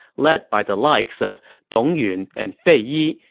led by the likes of dong yun and fei yi,